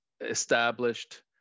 established